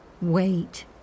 Wait